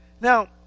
Now